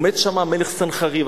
עומד שם המלך סנחריב,